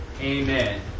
Amen